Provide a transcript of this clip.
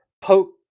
poke